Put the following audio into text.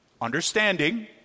understanding